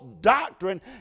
doctrine